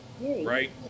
Right